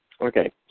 okay